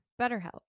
BetterHelp